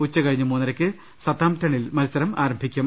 ഉച്ച കഴിഞ്ഞ് മൂന്നരക്ക് സതാംപ്ടണ്ണിൽ മത്സരം ആരംഭിക്കും